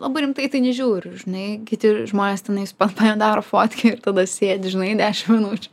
labai rimtai į tai nežiūriu žinai kiti žmonės tenais pas mane daro fotkę ir tada sėdi žinai dešim minučių